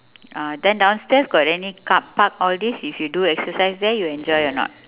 ah then downstairs got any car park all these if you do exercise there you enjoy or not